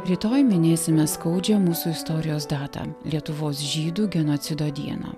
rytoj minėsime skaudžią mūsų istorijos datą lietuvos žydų genocido dieną